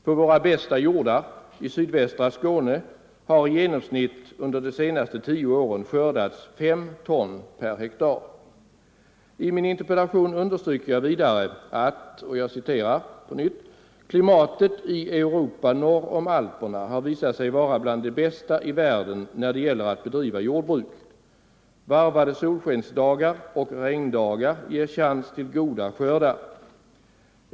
På våra bästa jordar i sydvästra Skåne har i genomsnitt under de senaste tio åren skördats 5 ton per hektar. I min interpellation underströk jag vidare: ”Klimatet i Europa norr om Alperna har visat sig vara bland de bästa i världen när det gäller att bedriva jordbruk. Varvade solskensdagar och regndagar ger chans till goda skördar.